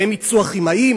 מהם יצאו הכימאים,